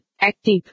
Active